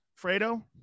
Fredo